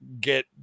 get